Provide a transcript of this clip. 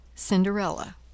Cinderella